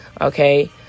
okay